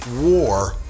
War